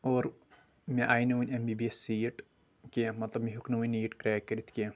اور مےٚ آیہِ نہٕ وۄنۍ M B B S seat کینٛہہ مطلب مےٚ ہیٚوک نہٕ وُنہِ نیٖٹ کریک کٔرِتھ کینٛہہ